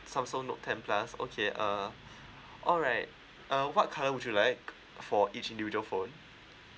Samsung note ten plus okay uh alright uh what colour would you like for each individual phone